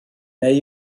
neu